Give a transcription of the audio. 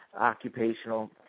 occupational